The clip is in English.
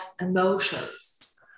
emotions